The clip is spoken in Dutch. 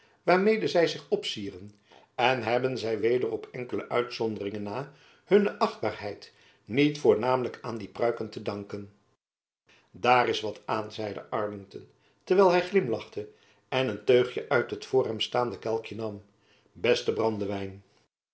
waarmede zy zich opcieren en hebben zy weder op enkele uitzonderingen na hunne achtbaarheid niet voornamelijk aan die pruiken te danken daar is wat aan zeide arlington terwijl hy glimlachte en een teugjen uit het voor hem staande kelkjen nam beste brandewijn